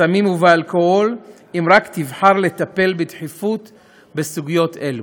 בסמים ובאלכוהול אם רק תבחר לטפל בדחיפות בסוגיות אלו.